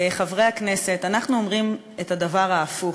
חברי הכנסת, אנחנו אומרים את הדבר ההפוך: